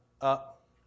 up